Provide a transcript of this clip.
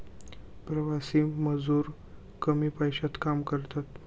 प्रवासी मजूर कमी पैशात काम करतात